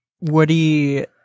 Woody